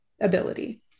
ability